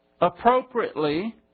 appropriately